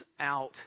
out